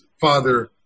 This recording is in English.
father